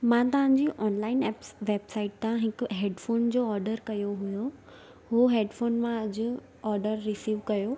मां तव्हांजी online apps website था हिकु हेडफ़ोन जो ऑडर कयो हुयो उहो हेडफ़ोन मां अॼु ऑडर रिसीव कयो